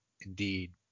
indeed